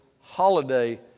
holiday